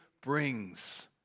brings